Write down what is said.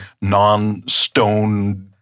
non-stone